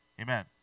Amen